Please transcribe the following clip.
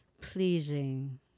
pleasing